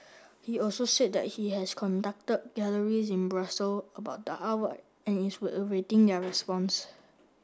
he also said he has contacted galleries in Brussels about the artwork and is awaiting their response